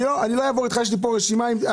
אני לא אעבור איתך אבל יש לי רשימה של שאלות,